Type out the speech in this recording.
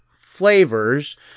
flavors